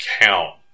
count